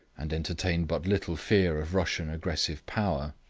and entertained but little fear of russian aggressive power,